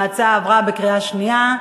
ההצעה עברה בקריאה שנייה.